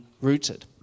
rooted